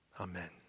Amen